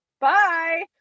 Bye